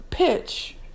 pitch